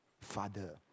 father